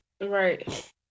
Right